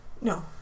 No